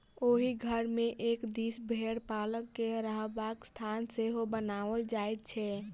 ओहि घर मे एक दिस भेंड़ पालक के रहबाक स्थान सेहो बनाओल जाइत छै